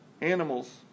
animals